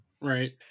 right